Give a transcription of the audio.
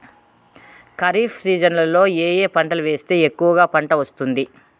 ఖరీఫ్ సీజన్లలో ఏ ఏ పంటలు వేస్తే ఎక్కువగా పంట వస్తుంది?